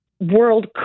world